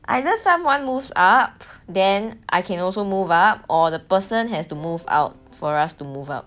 either someone moves up then I can also move up or the person has to move out for us to move up